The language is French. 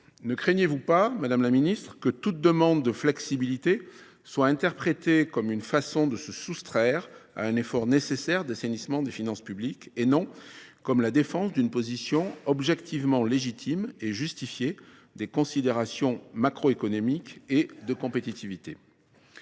Ne craignez vous pas, madame la secrétaire d’État, que toute demande de flexibilité soit interprétée comme une façon de se soustraire à un effort nécessaire d’assainissement des finances publiques, et non comme la défense d’une position objectivement légitime et justifiée par des considérations macroéconomiques et de compétitivité ?